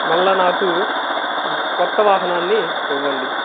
మళ్ళా నాకు కొత్త వాహనాన్ని ఇవ్వండి